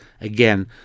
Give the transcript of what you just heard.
again